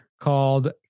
called